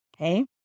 okay